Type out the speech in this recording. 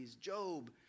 Job